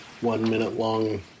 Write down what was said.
one-minute-long